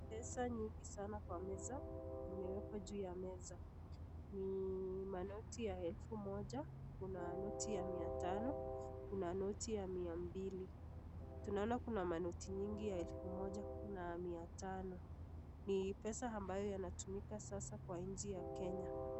Pesa nyingi sana kwa meza zimewekwa juu ya meza ni manoti ya elfu moja kuna noti ya mia tano kuna noti ya mia mbili. Tunaona kuna manoti mingi ya elfu moja na mia tano ni pesa ambayo yanatumika sasa kwa nchi ya kenya.